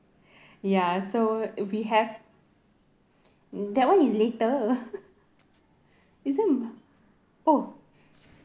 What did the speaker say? ya so we have that [one] is later this [one] oh